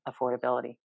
affordability